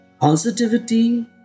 positivity